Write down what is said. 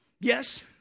yes